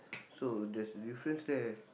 so there's a difference there